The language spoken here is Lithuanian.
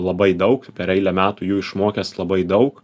labai daug per eilę metų jų išmokęs labai daug